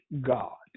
God